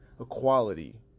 Equality